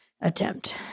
attempt